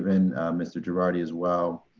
even mr. gerardi, as well.